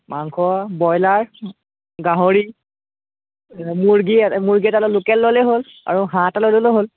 মাংস ব্ৰইলাৰ গাহৰি মুৰ্গী মুৰ্গী এটালৈ লোকেল ল'লে হ'ল আৰু হাঁহ এটা লৈ ল'লে হ'ল